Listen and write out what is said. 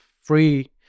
free